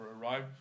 arrive